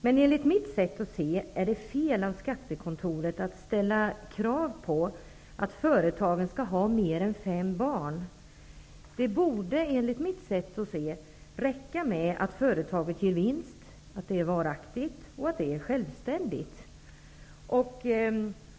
Men enligt mitt sätt att se är det fel av skattekontoret att ställa krav på att det i företaget finns mer än fem barn. Det borde räcka med att företaget ger vinst, att det är varaktigt och att det är självständigt.